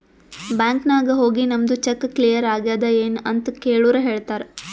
bank ನಾಗ್ ಹೋಗಿ ನಮ್ದು ಚೆಕ್ ಕ್ಲಿಯರ್ ಆಗ್ಯಾದ್ ಎನ್ ಅಂತ್ ಕೆಳುರ್ ಹೇಳ್ತಾರ್